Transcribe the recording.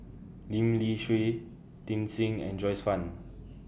Lim Lee Shui Tit Sing and Joyce fan